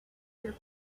your